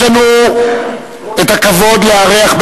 (מחיאות כפיים) יש לנו הכבוד לארח,